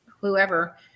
whoever